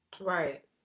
right